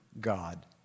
God